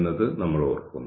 എന്നത് നമ്മൾ ഓർക്കുന്നു